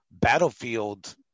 battlefield